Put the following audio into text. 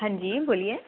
हां जी बोलिए